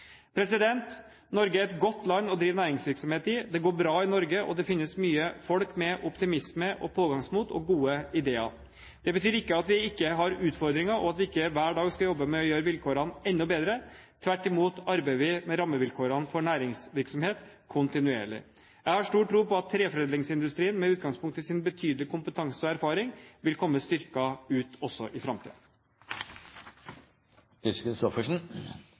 Norge er et godt land å drive næringsvirksomhet i. Det går bra i Norge, og det finnes mange folk med optimisme, pågangsmot og gode ideer. Det betyr ikke at vi ikke har utfordringer, og at vi ikke hver dag skal jobbe med å gjøre vilkårene enda bedre. Tvert imot arbeider vi med rammevilkårene for næringsvirksomhet kontinuerlig. Jeg har stor tro på at treforedlingsindustrien, med utgangspunkt i dens betydelige kompetanse og erfaring, vil komme styrket ut også i